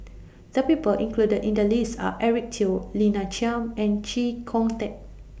The People included in The list Are Eric Teo Lina Chiam and Chee Kong Tet